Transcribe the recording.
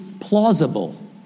plausible